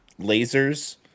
lasers